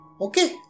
okay